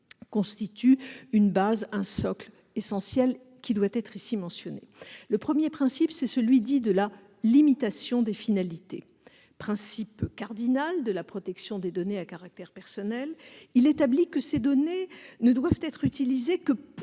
constituent une base, un socle essentiel qui doit être ici mentionné. Le premier principe, c'est celui dit « de la limitation des finalités ». Principe cardinal de la protection des données à caractère personnel, il établit que ces dernières ne doivent être utilisées que pour